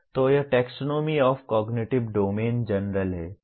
तो यह taxonomy of cognitive domain general है